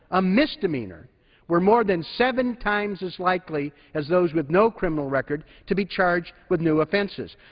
a misdemeanor were more than seven times as likely as those with no criminal record to be charged with new offenses.